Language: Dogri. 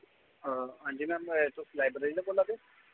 हां जी मैम तुस लाइब्रेरी दा बोला दे